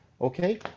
okay